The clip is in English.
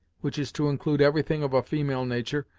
which is to include everything of a female natur',